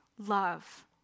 Love